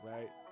Right